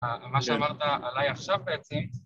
‫מה שאמרת עליי עכשיו בעצם...